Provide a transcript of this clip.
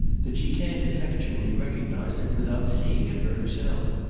that she can't effectually recognise it without seeing it for herself.